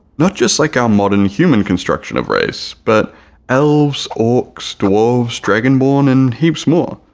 not just like our modern human construction of race but elves, orcs, dwarves, dragonborn and heaps more!